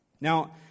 Now